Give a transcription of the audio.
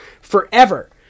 forever